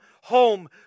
home